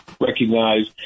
recognize